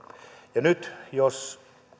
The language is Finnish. nyt jos